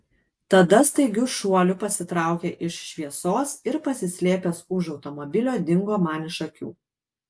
tada staigiu šuoliu pasitraukė iš šviesos ir pasislėpęs už automobilio dingo man iš akių